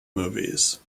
movies